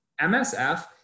MSF